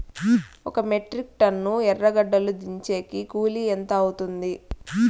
ఒక metric ton ఎర్రగడ్డలు దించేకి కూలి ఎంత అవుతుంది?